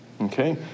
okay